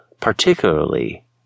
particularly